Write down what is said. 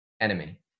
enemy